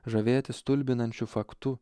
žavėtis stulbinančiu faktu